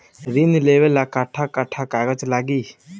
ऋण लेवेला कट्ठा कट्ठा कागज लागी?